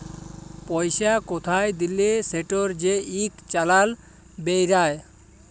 পইসা কোথায় দিলে সেটর যে ইক চালাল বেইরায়